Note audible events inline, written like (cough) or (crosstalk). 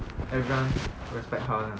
(noise)